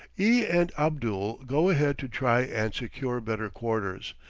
e and abdul go ahead to try and secure better quarters,